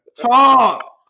Talk